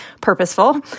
purposeful